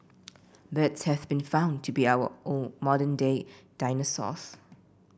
birds have been found to be our own modern day dinosaurs